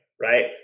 right